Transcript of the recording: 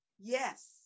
Yes